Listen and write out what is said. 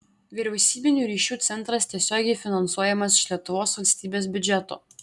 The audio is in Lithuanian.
vyriausybinių ryšių centras tiesiogiai finansuojamas iš lietuvos valstybės biudžeto